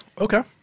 Okay